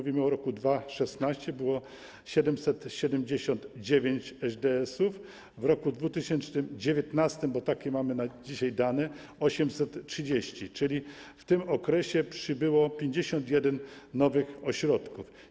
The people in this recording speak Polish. W roku 2016 było 779 ŚDS-ów, w roku 2019, bo takie mamy na dzisiaj dane - 830, czyli w tym okresie przybyło 51 nowych ośrodków.